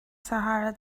sahara